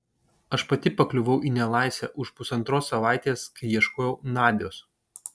aš pati pakliuvau į nelaisvę už pusantros savaitės kai ieškojau nadios